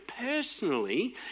personally